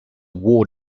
war